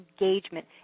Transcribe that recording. engagement